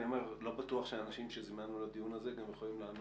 לא בטוח שאנשים שזימנו לדיון הזה גם יכולים לענות.